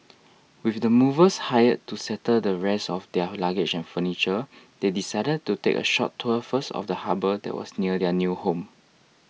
with the movers hired to settle the rest of their luggage and furniture they decided to take a short tour first of the harbour that was near their new home